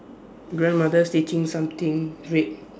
grandmother stitching something red